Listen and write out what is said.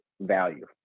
value